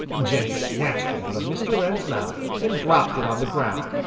jenny snatched it out of mr. wren's mouth and dropped it on the ground,